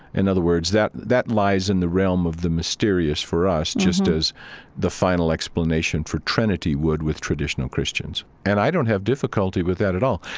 and other words, that that lies in the realm of the mysterious for us just as the final explanation for trinity would with traditional christians. and i don't have difficulty with that at all.